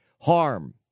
harm